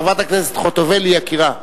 חברת הכנסת חוטובלי יקירה,